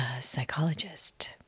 psychologist